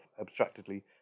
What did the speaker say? abstractedly